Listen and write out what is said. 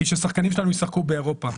היא ששחקנים שלנו ישחקו באירופה.